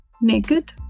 naked